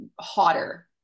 hotter